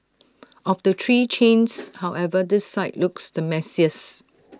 of the three chains however this site looks the messiest